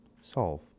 Solve